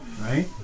right